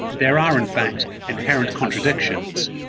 there are, in fact, inherent contradictions